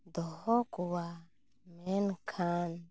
ᱫᱚᱦᱚ ᱠᱚᱣᱟ ᱢᱮᱱᱠᱷᱟᱱ